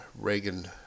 Reagan